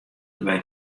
derby